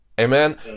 Amen